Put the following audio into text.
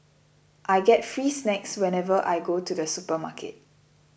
I get free snacks whenever I go to the supermarket